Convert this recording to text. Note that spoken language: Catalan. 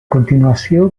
continuació